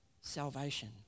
salvation